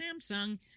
Samsung